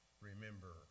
remember